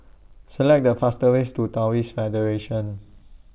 Select The fast ways to Taoist Federation